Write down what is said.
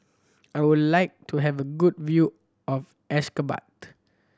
I would like to have a good view of Ashgabat